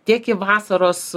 tiek į vasaros